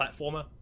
platformer